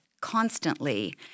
constantly